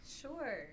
Sure